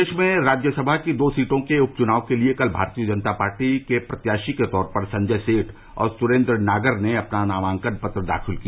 प्रदेश में राज्यसभा की दो सीटो के उप चुनाव के लिए कल भारतीय जनता पार्टी प्रत्याशी के तौर पर संजय सेठ और सुरेन्द्र नागर ने अपना नामांकन पत्र दाखिल किया